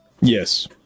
Yes